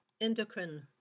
endocrine